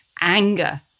anger